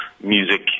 music